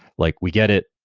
like we get it,